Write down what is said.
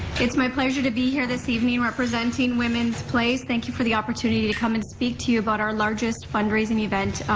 it's my pleasure to be here this evening representing women's place. thank you for the opportunity to come and speak to you about our largest fundraising event,